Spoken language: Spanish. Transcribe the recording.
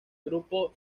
grupo